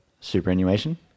Superannuation